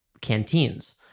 canteens